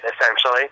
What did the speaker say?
essentially